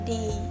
Day